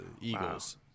Eagles